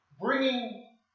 bringing